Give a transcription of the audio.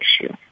issue